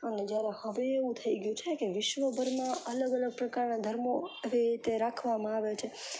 અને જ્યારે હવે એવું થઈ ગયું છે કે વિશ્વભરમાં અલગ અલગ પ્રકારના ધર્મો આવી રીતે રાખવામાં આવે છે